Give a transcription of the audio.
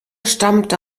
stammte